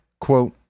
Quote